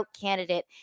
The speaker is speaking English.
candidate